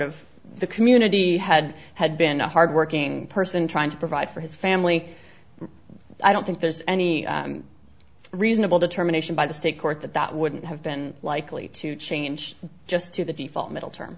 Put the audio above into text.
of the community had had been a hardworking person trying to provide for his family i don't think there's any reasonable determination by the state court that that wouldn't have been likely to change just to the default middle term